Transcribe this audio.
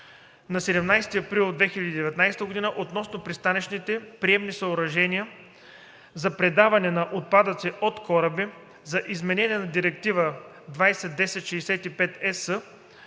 от 17 април 2019 г. относно пристанищните приемни съоръжения за предаване на отпадъци от кораби за изменение на Директива 2010/65/ЕС